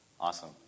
awesome